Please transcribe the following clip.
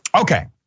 okay